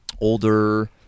older